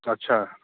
अच्छा